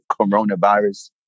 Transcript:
Coronavirus